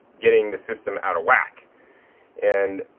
getting the system out of whack and,